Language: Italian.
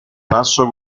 passo